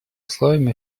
условием